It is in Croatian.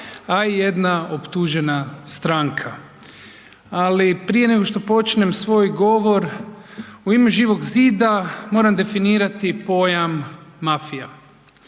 a i jedna optužena stranka, ali prije nego što počnem svoj govor u ime Živog zida moram definirati pojam mafija.